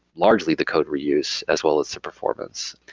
largely the code reuse, as well as the performance.